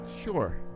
Sure